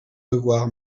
devoir